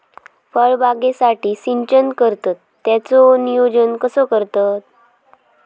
फळबागेसाठी सिंचन करतत त्याचो नियोजन कसो करतत?